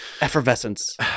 Effervescence